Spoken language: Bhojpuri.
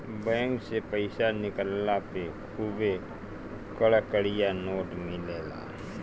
बैंक से पईसा निकलला पे खुबे कड़कड़िया नोट मिलेला